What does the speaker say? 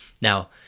Now